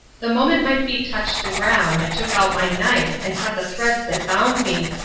the moment my feet touched the ground i took out my knife and cut the threads that bound me,